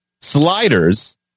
Sliders